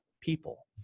people